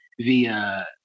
via